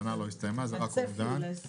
השנה לא הסתיימה, זה רק אומדן.